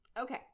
Okay